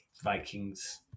Vikings